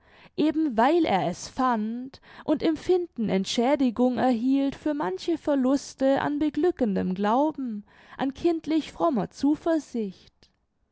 eben weil er es fand und im finden entschädigung erhielt für manche verluste an beglückendem glauben an kindlich frommer zuversicht